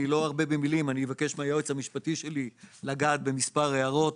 אני לא ארבה במילים אלא אבקש מהיועץ המשפטי שלנו לגעת במספר הערות.